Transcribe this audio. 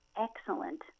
excellent